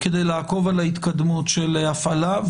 כדי לעקוב אחרי ההתקדמות של ההפעלה.